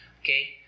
okay